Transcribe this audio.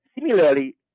Similarly